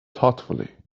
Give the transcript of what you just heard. thoughtfully